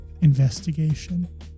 investigation